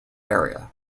area